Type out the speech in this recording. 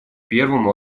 первому